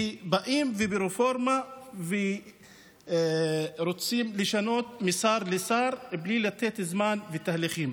שבאים וברפורמה רוצים לשנות משר לשר בלי לתת זמן לתהליכים.